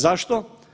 Zašto?